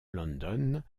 london